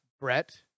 Brett